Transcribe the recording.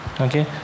Okay